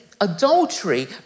adultery